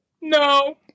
No